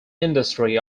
industry